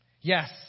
yes